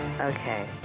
Okay